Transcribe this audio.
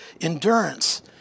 endurance